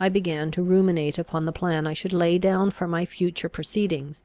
i began to ruminate upon the plan i should lay down for my future proceedings